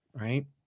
right